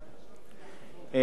אדוני היושב-ראש,